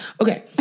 Okay